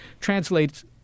translates